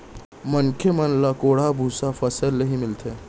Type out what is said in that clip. मनसे मन ल कोंढ़ा भूसा फसल ले ही मिलथे